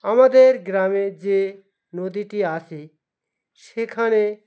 আমাদের গ্রামে যে নদীটি আছে সেখানে